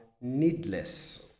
needless